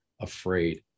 afraid